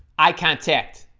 i contact